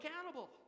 accountable